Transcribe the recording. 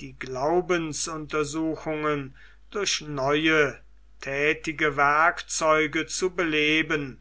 die glaubensuntersuchungen durch neue thätige werkzeuge zu beleben